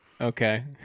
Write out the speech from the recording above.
Okay